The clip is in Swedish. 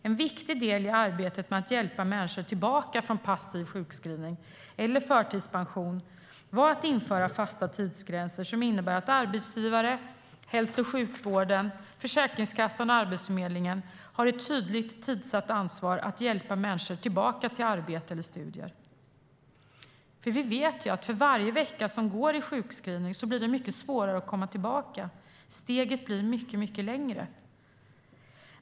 En viktig del i arbetet med att hjälpa människor tillbaka från passiv sjukskrivning eller förtidspension var att införa fasta tidsgränser som innebär att arbetsgivare, hälso och sjukvården, Försäkringskassan och Arbetsförmedlingen har ett tydligt, tidsatt ansvar att hjälpa människor tillbaka till arbete eller studier. Vi vet ju att för varje vecka i sjukskrivning blir det mycket svårare att komma tillbaka. Steget blir mycket, mycket längre.